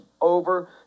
over